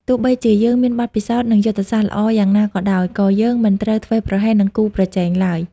ទោះបីជាយើងមានបទពិសោធន៍ និងយុទ្ធសាស្ត្រល្អយ៉ាងណាក៏ដោយ ក៏យើងមិនត្រូវធ្វេសប្រហែសនឹងគូប្រជែងឡើយ។